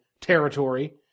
territory